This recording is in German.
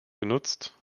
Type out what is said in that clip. genutzt